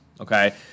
Okay